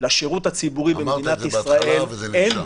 לשירות הציבורי במדינת ישראל -- אמרת את זה בהתחלה וזה נרשם.